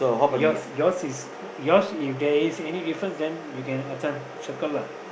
yours yours is yours if there is any difference then you can uh this one circle lah